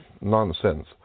nonsense